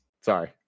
sorry